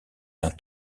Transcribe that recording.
d’un